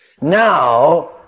Now